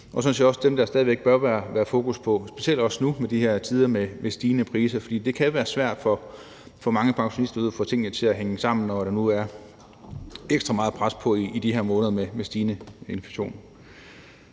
er sådan set også dem, der stadig væk bør være fokus på, specielt også nu i de her tider med stigende priser, for det kan være svært for mange pensionister derude at få tingene til at hænge sammen, når der nu er ekstra meget pres på i de her måneder med stigende inflation.